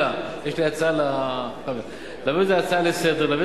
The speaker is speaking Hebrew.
אלא יש לי הצעה: להעביר את זה להצעה לסדר-היום,